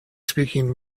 speaking